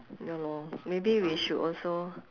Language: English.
ya lor maybe we should also